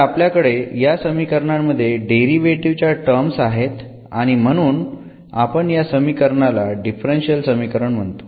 तर आपल्याकडे या समीकरणांमध्ये डेरिव्हेटीव्ह च्या टर्म्स आहेत आणि म्हणून या समीकरणाला आपण डिफरन्शियल समीकरण म्हणतो